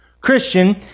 Christian